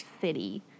city